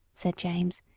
said james,